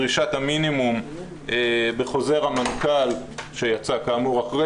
דרישת המינימום בחוזר המנכ"ל שיצא כאמור אחרי